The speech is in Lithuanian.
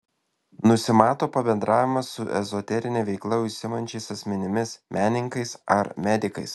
nusimato pabendravimas su ezoterine veikla užsiimančiais asmenimis menininkais ar medikais